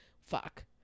fuck